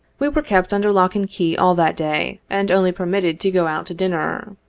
we were kept under lock and key all that day, and only permitted to go out to dinner.